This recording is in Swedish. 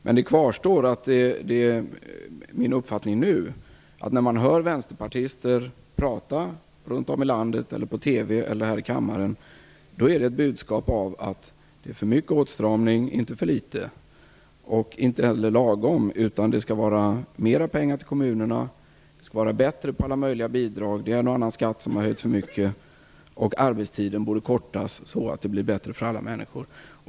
Men min uppfattning kvarstår, att när vänsterpartister talar runt om i landet, i TV eller här i kammaren så är budskapet att det är för mycket åtstramning, inte för litet och inte heller lagom. De tycker att kommunerna skall få mera pengar, att alla möjliga bidrag skall förbättras, att en och annan skatt har höjts för mycket och att arbetstiden borde förkortas så att det blir bättre för alla människor.